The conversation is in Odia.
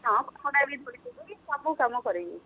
ହଁ ସବୁ କାମ କରାଇବି